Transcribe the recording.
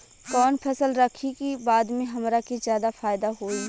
कवन फसल रखी कि बाद में हमरा के ज्यादा फायदा होयी?